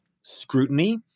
scrutiny